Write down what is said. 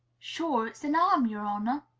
sure, it's an arm, yer honor!